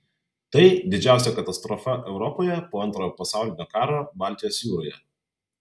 tai didžiausia katastrofa europoje po antrojo pasaulinio karo baltijos jūroje